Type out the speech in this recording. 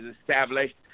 established